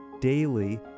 daily